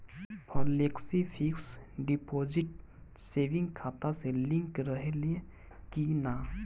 Flexi fix deposit saving खाता से link रहले कि ना?